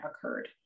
occurred